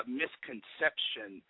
misconception